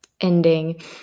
ending